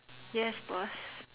yes boss